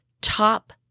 top